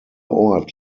ort